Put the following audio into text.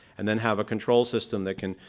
and then have a control system that can,